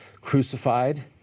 crucified